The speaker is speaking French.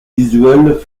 visuelles